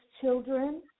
children